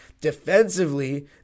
Defensively